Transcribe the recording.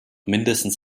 mindestens